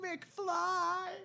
McFly